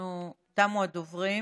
תמו הדוברים,